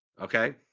Okay